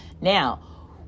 Now